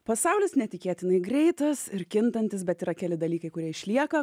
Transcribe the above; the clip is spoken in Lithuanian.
pasaulis neįtikėtinai greitas ir kintantis bet yra keli dalykai kurie išlieka